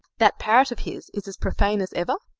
that parrot of his is as profane as ever?